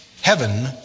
heaven